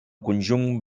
conjunt